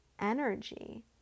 energy